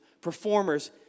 performers